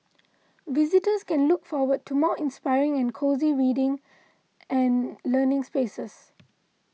visitors can look forward to more inspiring and cosy reading and learning spaces